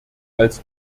als